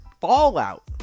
fallout